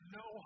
no